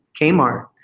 Kmart